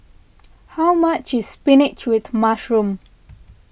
how much is Spinach with Mushroom